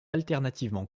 alternativement